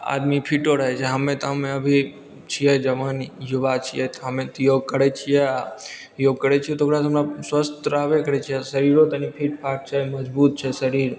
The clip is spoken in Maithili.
आदमी फिटो रहै छै हम्मे हमे तऽ अभी छिए जवान युवा छिए तऽ हम नित योग करै छिए आओर योग करै छिए तऽ ओकरासे हमरा स्वस्थ रहबे करै छिए आओर शरीरो कनि फिटफाट छै मजबूत छै शरीर